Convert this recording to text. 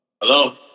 Hello